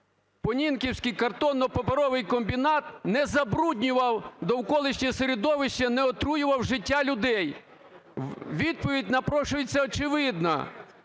Понінківський картонно-паперовий комбінат не забруднював довколишнє середовище, не отруював життя людей? Відповідь напрошується очевидна.